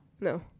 No